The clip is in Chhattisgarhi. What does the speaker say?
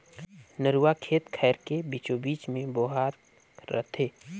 नरूवा खेत खायर के बीचों बीच मे बोहात रथे